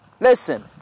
listen